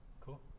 Cool